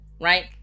right